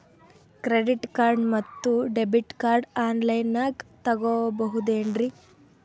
Credit card ಮತ್ತು debit card ಆನ್ ಲೈನಾಗ್ ತಗೋಬಹುದೇನ್ರಿ?